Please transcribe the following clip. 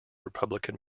republican